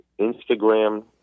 Instagram